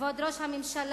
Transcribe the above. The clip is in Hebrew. כבוד ראש הממשלה,